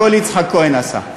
הכול יצחק כהן עשה.